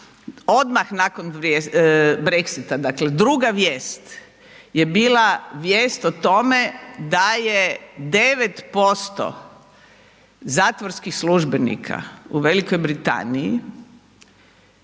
odmah nakon Brexita, dakle druga vijest je bila vijest o tome da je 9% zatvorskih službenika u V. Britaniji